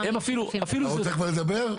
אתה רוצה לדבר?